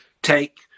take